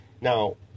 Now